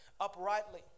uprightly